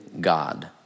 God